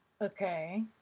Okay